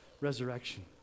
resurrection